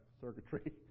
circuitry